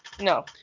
No